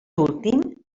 últim